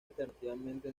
alternativamente